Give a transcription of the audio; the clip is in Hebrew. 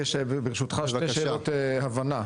לי יש, ברשותך, שתי שאלות הבנה.